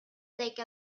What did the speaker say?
take